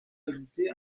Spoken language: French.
ajouté